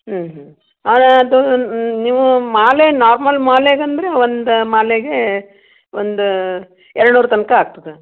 ಹ್ಞೂ ಹ್ಞೂ ಅದೂ ಹ್ಞೂ ನೀವೂ ಮಾಲೆ ನಾರ್ಮಲ್ ಮಾಲೆಗೆಂದ್ರೆ ಒಂದು ಮಾಲೆಗೆ ಒಂದು ಎರಡು ನೂರು ತನಕ ಆಗ್ತದೆ